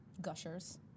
Gushers